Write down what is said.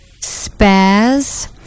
SPAS